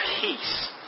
peace